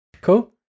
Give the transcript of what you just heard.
Cool